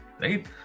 right